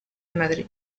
madrid